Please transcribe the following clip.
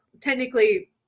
technically